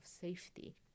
safety